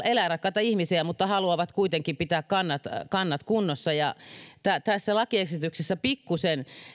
eläinrakkaita ihmisiä mutta haluavat kuitenkin pitää kannat kannat kunnossa tässä lakiesityksessä pikkusen